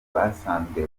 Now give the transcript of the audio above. basanzwe